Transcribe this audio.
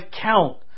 count